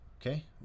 Okay